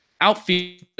Outfield